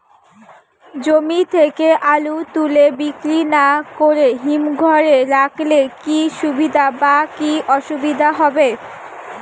জমি থেকে আলু তুলে বিক্রি না করে হিমঘরে রাখলে কী সুবিধা বা কী অসুবিধা হবে?